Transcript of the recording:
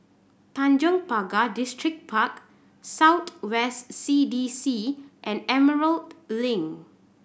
Tanjong Pagar Distripark South West C D C and Emerald Link